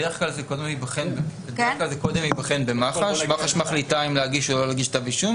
בדרך כלל זה קודם ייבחן במח"ש והיא מחליטה אם להגיש או להגיש כתב אישום.